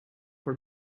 for